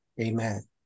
Amen